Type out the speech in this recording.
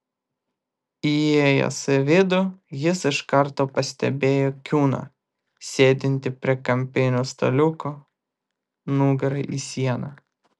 įėjęs į vidų jis iš karto pastebėjo kiuną sėdintį prie kampinio staliuko nugara į sieną